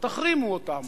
תחרימו אותם,